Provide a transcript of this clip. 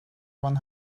one